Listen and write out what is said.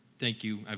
thank you,